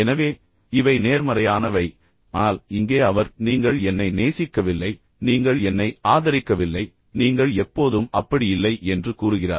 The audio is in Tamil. எனவே இவை நேர்மறையானவை ஆனால் இங்கே அவர் நீங்கள் என்னை நேசிக்கவில்லை நீங்கள் என்னை ஆதரிக்கவில்லை நீங்கள் எப்போதும் அப்படி இல்லை என்று கூறுகிறார்